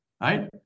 Right